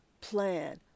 plan